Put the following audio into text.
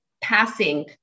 passing